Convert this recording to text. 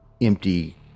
empty